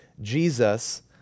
Jesus